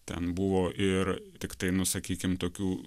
ten buvo ir tiktai nu sakykim tokių